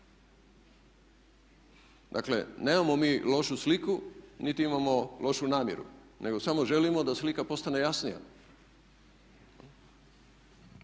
Dakle nemamo mi lošu sliku niti imamo lošu namjeru nego samo želimo da slika postane jasnija.